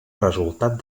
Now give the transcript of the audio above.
resultat